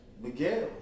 Miguel